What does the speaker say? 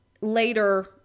later